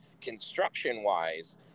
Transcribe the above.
construction-wise